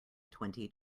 twenty